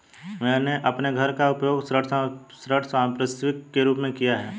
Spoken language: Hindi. मैंने अपने घर का उपयोग ऋण संपार्श्विक के रूप में किया है